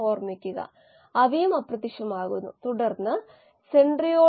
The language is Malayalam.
എന്നിരുന്നാലും ഒരു വ്യവസായത്തിന്റെ വീക്ഷണകോണിൽ നിന്ന് നോക്കുക ആണെകിൽ ഗ്ലൂക്കോസ് ചെലവേറിയതാണ്